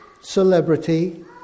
celebrity